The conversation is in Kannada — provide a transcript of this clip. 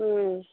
ಹ್ಞೂ